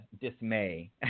dismay